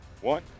one